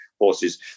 horses